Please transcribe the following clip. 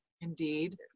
indeed